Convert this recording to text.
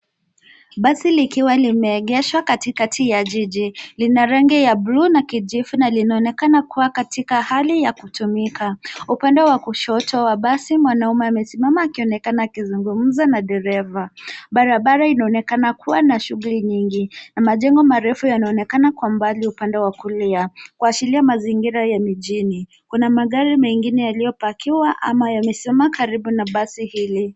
Basi likiwa limeegeshwa katikati ya jiji. Lina rangi ya bluu na kijivu na linaonekana kuwa katika hali ya kutumika. Upande wa kushoto wa basi mwanaume amesimama akionekana akizungumza na dereva. Barabara inaonekana kuwa na shughuli nyingi na majengo marefu yanaonekana kwa mbali upande wa kulia. Kuashiria mazingira ya mijini. Kuna magari mengine yaliyopakiwa ama yamesimama karibu na basi hili.